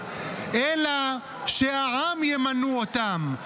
אלא שהעם ימנו אותם,